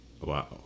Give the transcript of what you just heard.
Wow